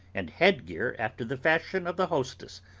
and head gear after the fashion of the hostess,